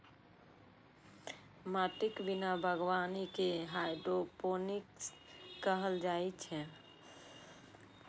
माटिक बिना बागवानी कें हाइड्रोपोनिक्स कहल जाइ छै